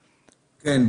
כן.